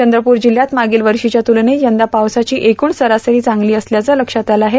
चंद्रपूर जिल्हयात मागील वर्षीच्या तुलनेत यंदा पावसाची एकूण सरासरी चांगली असल्याचं लक्षात आलं आहे